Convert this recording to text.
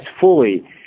fully